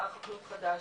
שר חקלאות חדש,